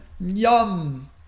Yum